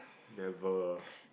never